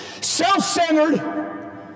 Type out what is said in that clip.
self-centered